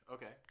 Okay